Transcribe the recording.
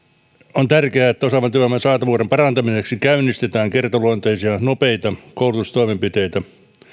on tärkeää että osaavan työvoiman saatavuuden parantamiseksi käynnistetään kertaluonteisia nopeita koulutustoimenpiteitä